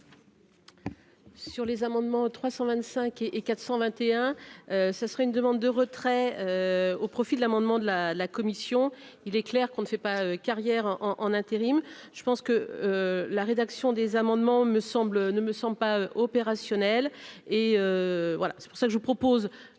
Sur les amendements 325 et et 421 ce serait une demande de retrait au profit de l'amendement de la la commission, il est clair qu'on ne fait pas carrière en en intérim, je pense que la rédaction des amendements me semblent ne me sens pas opérationnels et voilà c'est pour ça que je vous propose